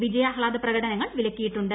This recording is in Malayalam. വിജയാഹ്ലാദ പ്രകടനങ്ങൾ വിലക്കിയിട്ടുണ്ട്